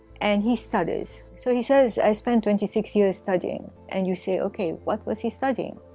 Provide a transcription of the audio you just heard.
and he studies. so he says, i spent twenty six years studying. and you say, okay, what was he studying?